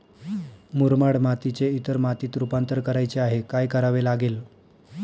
मुरमाड मातीचे इतर मातीत रुपांतर करायचे आहे, काय करावे लागेल?